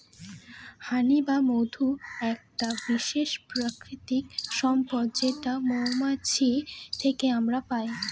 হানি বা মধু একটা বিশেষ প্রাকৃতিক সম্পদ যেটা মৌমাছি থেকে আমরা পাই